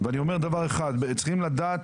ואני אומר שצריכים לדעת,